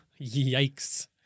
Yikes